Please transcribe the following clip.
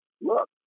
Look